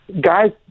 guys